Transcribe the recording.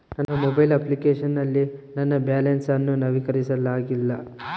ನನ್ನ mobile application ನಲ್ಲಿ ನನ್ನ ಬ್ಯಾಲೆನ್ಸ್ ಅನ್ನು ನವೀಕರಿಸಲಾಗಿಲ್ಲ